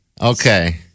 Okay